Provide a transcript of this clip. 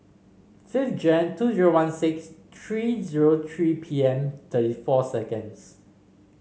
five Jan two zero one six three zero three pm thirty four seconds